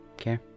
okay